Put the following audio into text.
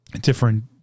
different